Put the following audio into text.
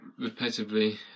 repetitively